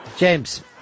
James